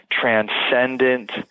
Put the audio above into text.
transcendent